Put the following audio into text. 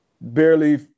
barely